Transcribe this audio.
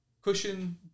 Cushion